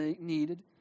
needed